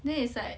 then it's like